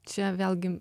čia vėlgi